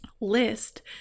list